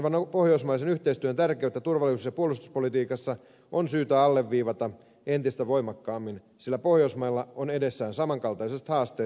laajenevan pohjoismaisen yhteistyön tärkeyttä turvallisuus ja puolustuspolitiikassa on syytä alleviivata entistä voimakkaammin sillä pohjoismailla on edessään samankaltaiset haasteet ja mahdollisuudet